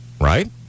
right